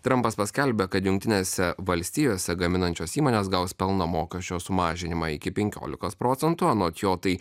trampas paskelbė kad jungtinėse valstijose gaminančios įmonės gaus pelno mokesčio sumažinimą iki penkiolikos procentų anot jo tai